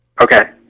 Okay